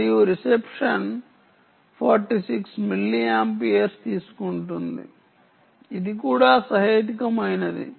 మరియు reception 46 mA తీసుకుంటుంది ఇది కూడా సహేతుకమైనది